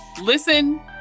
Listen